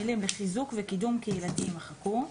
המילים "לחיזוק וקידום קהילתי" יימחקו.